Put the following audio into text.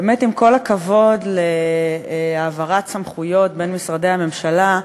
באמת עם כל הכבוד להעברת סמכויות בין משרדי הממשלה,